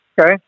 Okay